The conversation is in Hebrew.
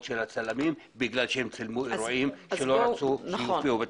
של הצלמים בגלל שהם צילמו אירועים שלא רצו שיופיעו בתקשורת.